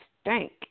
stank